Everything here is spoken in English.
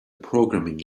programming